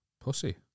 pussy